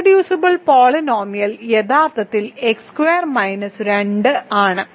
irreducible polynomial യഥാർത്ഥത്തിൽ x2 - 2 ആണ്